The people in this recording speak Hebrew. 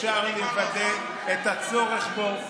אפשר לוודא את הצורך בו,